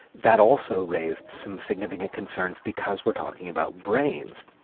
that also raised some significant concerns because we're talking about brains.